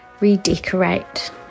redecorate